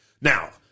Now